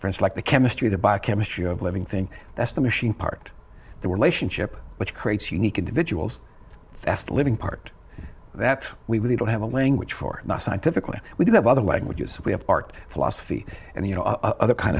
friends like the chemistry the biochemistry of living thing that's the machine part they were lation ship which creates unique individuals fast living part that we really don't have a language for not scientifically we do have other languages we have art philosophy and you know other kind